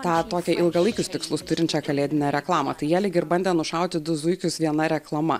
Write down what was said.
tą tokią ilgalaikius tikslus turinčią kalėdinę reklamą tai jie lyg ir bandė nušauti du zuikius viena reklama